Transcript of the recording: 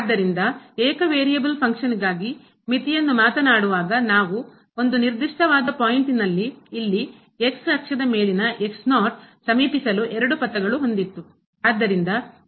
ಆದ್ದರಿಂದ ಏಕ variable function ಗಾಗಿ ಕ್ರಿಯೆಯಾಗಿ ಮಿತಿಯನ್ನು ಮಾತನಾಡುವಾಗ ನಾವು ಒಂದು ನಿರ್ದಿಷ್ಟವಾದ ಪಾಯಿಂಟ್ ನಲ್ಲಿ ಇಲ್ಲಿ ಅಕ್ಷದ ಮೇಲಿನ ಸಮೀಪಿಸಲು ಎರಡು ಪಥಗಳು ಹೊಂದಿತ್ತು